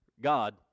God